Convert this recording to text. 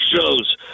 shows